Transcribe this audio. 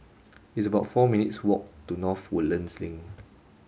it's about four minutes' walk to North Woodlands Link